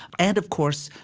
and of course,